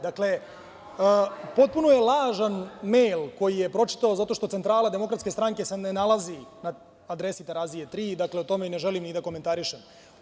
Dakle, potpuno je lažan mejl koji je pročitao zato što centrala DS se ne nalazi na adresi Terazije 3. Dakle, to ne želim ni da komentarišem.